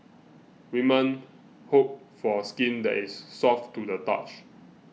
women hope for skin that is soft to the touch